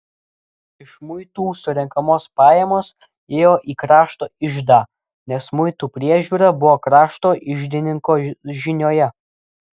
iš muitų surenkamos pajamos ėjo į krašto iždą nes muitų priežiūra buvo krašto iždininko žinioje